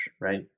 right